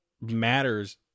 matters